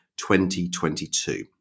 2022